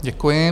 Děkuji.